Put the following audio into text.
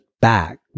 back